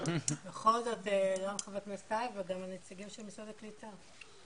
בכל זאת גם חבר הכנסת טייב וגם הנציגים של משרד הקליטה פה.